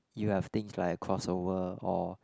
you have things like a crossover or